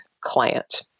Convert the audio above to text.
client